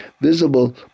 visible